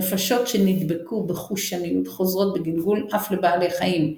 נפשות שנדבקו בחושניות חוזרות בגלגול אף לבעלי חיים,